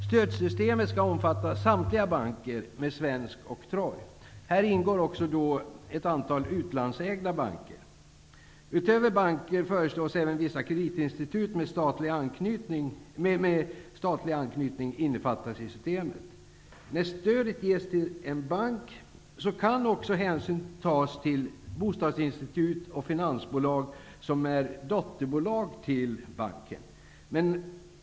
Stödsystemet skall omfatta samtliga banker med svensk oktroj. Här ingår också ett antal utlandsägda banker. Utöver banker föreslås även vissa kreditinstitut med statlig anknytning innefattas i systemet. När stödet ges till en bank kan också hänsyn tas till bostadsinstitut och finansbolag som är dotterbolg till banker.